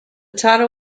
title